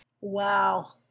Wow